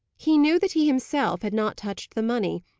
he knew that he himself had not touched the money,